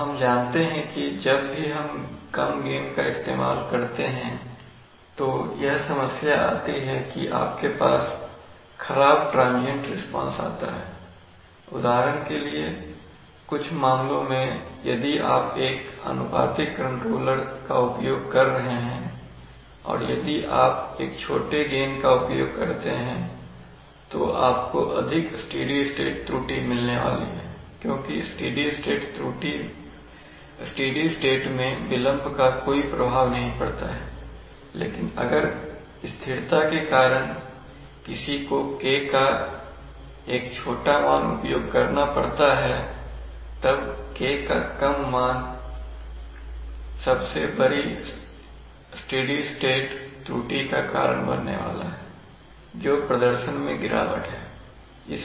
अब हम जानते हैं कि जब भी हम कम गेन का इस्तेमाल करते हैं तो यह समस्या आती है कि आपके पास खराब ट्रांजियंट रिस्पांस आता है उदाहरण के लिए कुछ मामलों में यदि आप एक आनुपातिक कंट्रोलर का उपयोग कर रहे हैं और यदि आप एक छोटे गेन का उपयोग करते हैं तो आपको अधिक स्टेडी स्टेट त्रुटि मिलने वाली है क्योंकि स्टेडी स्टेट में विलंब का कोई प्रभाव नहीं पड़ता है लेकिन अगर स्थिरता के कारण किसी को K का एक छोटा मान का उपयोग करना पड़ता है तब K का कम मान सबसे बड़ी स्टेडी स्टेट त्रुटि का कारण बनने वाला है जो प्रदर्शन में गिरावट है